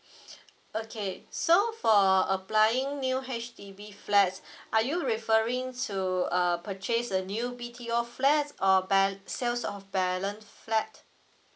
okay so for applying new H_D_B flats are you referring to err purchase a new B T O flats or ba~ sales of balance flat